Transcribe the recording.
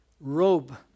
robe